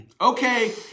okay